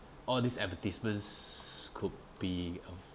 all these advertisements could be um